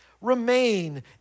remain